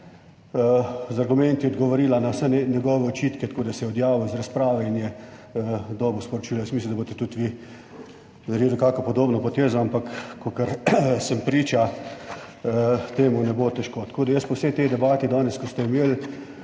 z argumenti odgovorila na vse njegove očitke, tako da se je odjavil iz razprave in je dobil sporočilo. jaz mislim, da boste tudi vi naredili kakšno podobno potezo, ampak kakor sem priča temu, ne bo težko. Tako, da jaz po vsej tej debati danes, ko ste imeli,